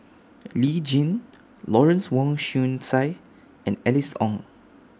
Lee Tjin Lawrence Wong Shyun Tsai and Alice Ong